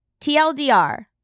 TLDR